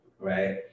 Right